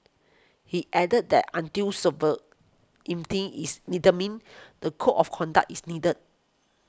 he added that until is determined the Code of Conduct is needed